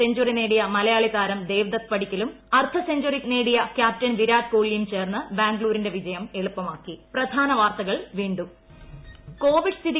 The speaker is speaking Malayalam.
സെഞ്ചുറി നേടിയ മലയാളി താരം ദേവ്ദത്ത് പടിക്കലും അർധ സെഞ്ചുറി നേടിയ ക്യാപ്റ്റൻ വിരാട് കോലിയും ചേർന്ന് ബാംഗ്ലൂരിന്റെ വിജയം എളുപ്പമാക്കി